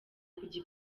kujya